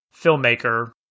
filmmaker